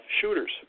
shooters